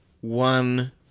one